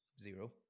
zero